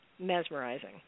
mesmerizing